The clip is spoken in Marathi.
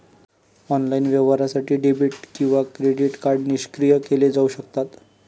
ऑनलाइन व्यवहारासाठी डेबिट किंवा क्रेडिट कार्ड निष्क्रिय केले जाऊ शकतात